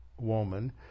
woman